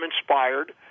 inspired